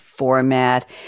format